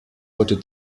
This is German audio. wurde